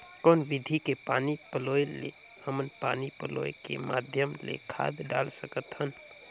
कौन विधि के पानी पलोय ले हमन पानी पलोय के माध्यम ले खाद डाल सकत हन?